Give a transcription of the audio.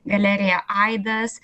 galerija aidas